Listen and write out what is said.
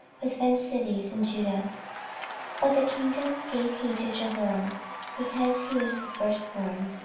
with fenced cities in judah but the kingdom gave he to jehoram because he was the firstborn.